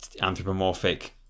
anthropomorphic